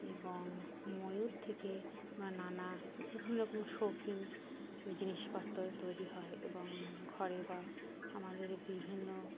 এবং ময়ূর থেকে আমরা নানা বিভিন্ন রকম শৌখিন জিনিসপত্র তৈরি হয় এবং ঘরে বা আমাদের বিভিন্ন